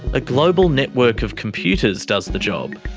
a global network of computers does the job.